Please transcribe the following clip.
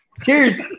Cheers